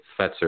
Fetzer